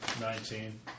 Nineteen